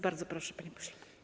Bardzo proszę, panie pośle.